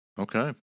Okay